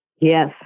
Yes